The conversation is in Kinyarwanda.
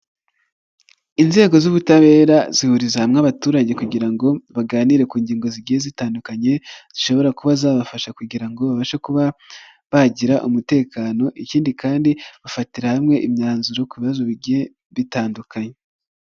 Inzego z'ubutabera zihuriza hamwe abaturage kugira ngo baganire ku ngingo zigiye zitandukanye zishobora kuba zabafasha kugira babashe kuba bagira umutekano ikindi kandi bafatira hamwe imyanzuro ku bibazo bigiye bitandukanye.